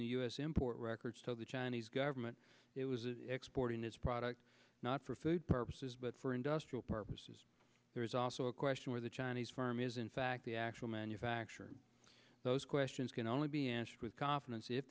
in the u s import records so the chinese government it was exporting its products not for food purposes but for industrial purposes there is also a question where the chinese farm is in fact the actual manufacture of those questions can only be answered with confidence i